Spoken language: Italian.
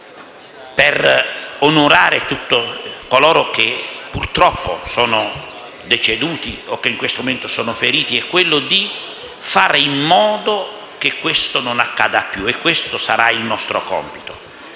per onorare tutti coloro che, purtroppo, sono deceduti o che in questo momento sono feriti, è quello di fare in modo che questo non accada più e questo sarà il nostro compito.